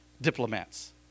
diplomats